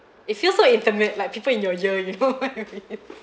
it feels so intimate like people in your ear you know what I mean